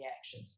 action